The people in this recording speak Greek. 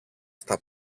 στα